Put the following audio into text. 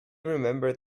remembered